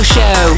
Show